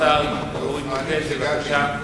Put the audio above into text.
סגנית השר אורית נוקד, בבקשה.